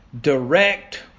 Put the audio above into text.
direct